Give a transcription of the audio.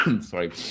sorry